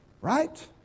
Right